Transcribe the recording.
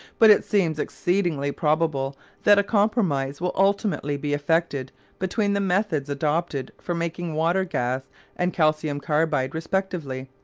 but it seems exceedingly probable that a compromise will ultimately be effected between the methods adopted for making water-gas and calcium carbide respectively,